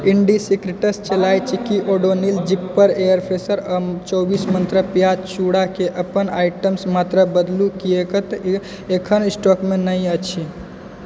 इंडिसेक्रेटस चौलाई चिक्की Odonil zipper air freshener आओर चौबीस न्त्रा प्याज चूड़ाके अपन आइटमके मात्रा बदलू किएकतँ ई एखन स्टॉकमे नहि अछि